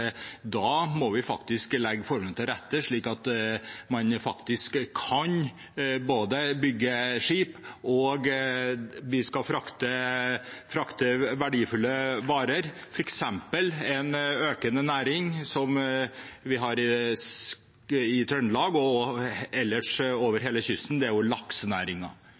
da må vi legge forholdene til rette, slik at man faktisk både kan bygge skip og frakte verdifulle varer. En næring i vekst i Trøndelag og også ellers over hele kysten er